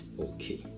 Okay